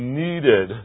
needed